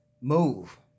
move